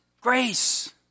grace